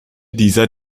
dieser